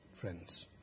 friends